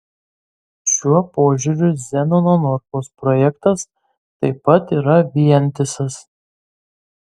šiuo požiūriu zenono norkaus projektas taip pat yra vientisas